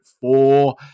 four